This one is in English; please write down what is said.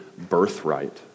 birthright